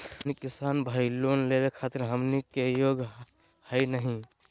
हमनी किसान भईल, लोन लेवे खातीर हमनी के योग्य हई नहीं?